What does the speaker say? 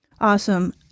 Awesome